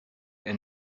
and